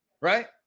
right